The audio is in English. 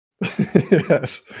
Yes